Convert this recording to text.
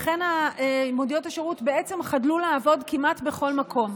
לכן מוניות השירות בעצם חדלו לעבוד כמעט בכל מקום.